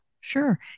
sure